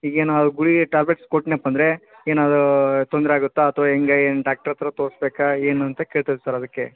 ಈಗೇನು ಗುಳಿಗೆ ಟ್ಯಾಬ್ಲೆಟ್ಸ್ ಕೊಟ್ಟೆನಪ್ಪ ಅಂದರೆ ಏನಾದ್ರೂ ತೊಂದರೆ ಆಗುತ್ತಾ ಅಥವಾ ಹೆಂಗೆ ಏನು ಡಾಕ್ಟ್ರ್ ಹತ್ರ ತೋರಿಸಬೇಕಾ ಏನುಂತ ಕೇಳ್ತಯಿದ್ದೆ ಸರ್ ಅದಕ್ಕೆ